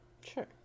Sure